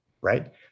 right